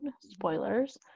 spoilers